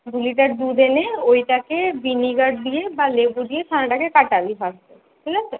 দু লিটার দুধ এনে ওইটাকে ভিনিগার দিয়ে বা লেবু দিয়ে ছানাটাকে কাটাবি ফাস্টে ঠিক আছে